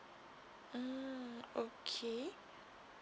mm okay